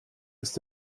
ist